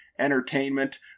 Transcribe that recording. Entertainment